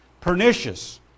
Pernicious